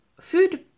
food